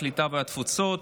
הקליטה והתפוצות.